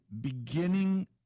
beginning